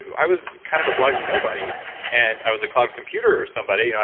i was kind of a blogging nobody and i was a cloud computer somebody. you know